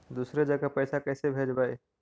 दुसरे जगह पैसा कैसे भेजबै?